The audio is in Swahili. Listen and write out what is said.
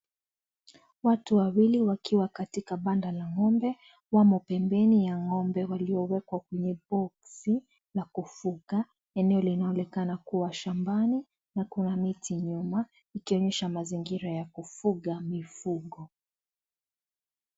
Watu wawili wakiwa katika panda la ng'ombe wapo pempeni ya ng'ombe uliowekwa kwenye boksi na kufuga. Eneo linaonekana kuwa shambani na kuna miti nyuma kuonyesha mazingira ya kufuga mifugo.